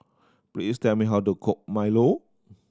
please tell me how to cook milo